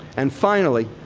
and finally,